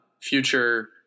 future